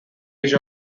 age